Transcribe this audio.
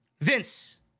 Vince